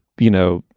you know,